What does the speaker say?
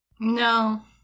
No